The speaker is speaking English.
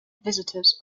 visitors